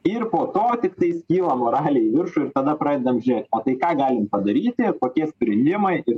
ir po to tiktais kyla moralė į viršų ir tada pradedam žiūrėt o tai ką galim padaryti kokie sprendimai ir